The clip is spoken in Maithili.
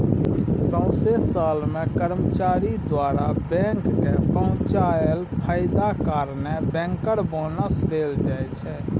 सौंसे साल मे कर्मचारी द्वारा बैंक केँ पहुँचाएल फायदा कारणेँ बैंकर बोनस देल जाइ छै